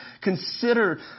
Consider